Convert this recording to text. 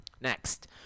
Next